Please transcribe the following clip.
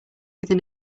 within